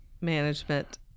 management